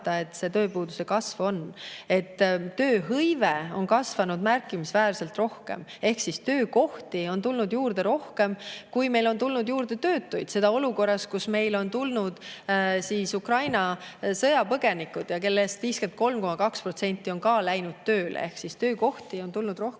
[järgi] võiks arvata. Tööhõive on kasvanud märkimisväärselt rohkem ehk siis töökohti on tulnud juurde rohkem, kui meil on tulnud juurde töötuid. Ja seda olukorras, kus meile on tulnud Ukraina sõjapõgenikud, kellest 53,2% on läinud tööle. Ehk siis töökohti on [tekkinud] rohkem